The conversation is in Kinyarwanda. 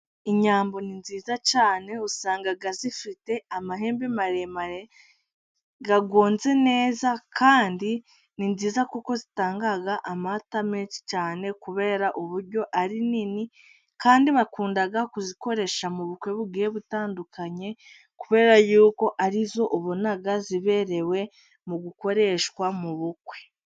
Inyambo ni nziza cyane usangaga zifite amahembe maremare agonze neza, kandi ni nziza kuko zitanga amata menshi cyane, kubera uburyo ari nini, kandi bakunda kuzikoresha mu bukwe bugiye butandukanye, kubera 'arizo ubona ziberewe mu gukoreshwa mu bukwe.